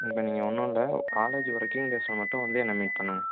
இப்போ நீங்கள் ஒன்றும் இல்லை காலேஜ் வொர்க்கிங் டேஸ்ஸில் மட்டும் வந்து என்ன மீட் பண்ணுங்கள்